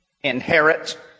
inherit